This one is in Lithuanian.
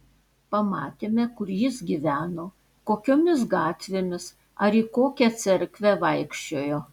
pamatėme kur jis gyveno kokiomis gatvėmis ar į kokią cerkvę vaikščiojo